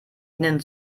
ihnen